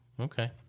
Okay